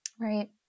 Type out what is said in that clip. Right